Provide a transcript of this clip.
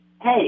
Hey